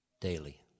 daily